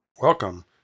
Welcome